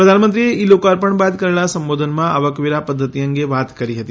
પ્રધાનમંત્રીએ ઇ લોકાર્પણ બાદ કરેલા સંબોધનમાં આવકવેરા પધ્ધતિ અંગે વાત કરી હતી